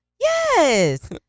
Yes